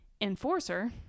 enforcer